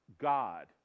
God